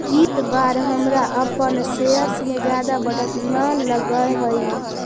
इस बार हमरा अपन शेयर्स में जादा बढ़त न लगअ हई